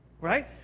Right